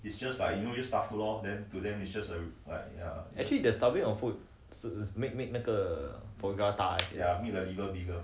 actually the stuffing of food 是 make make 那个 foie gras 大而已